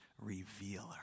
revealer